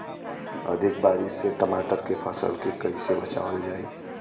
अधिक बारिश से टमाटर के फसल के कइसे बचावल जाई?